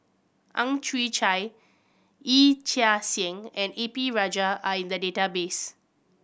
Ang Chwee Chai Yee Chia Hsing and A P Rajah are in the database